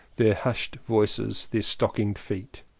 their hushed voices, their stockinged feet.